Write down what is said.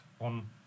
on